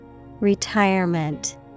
Retirement